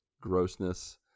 grossness